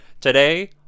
today